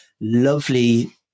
lovely